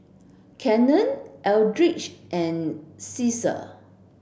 Cannon Eldridge and Ceasar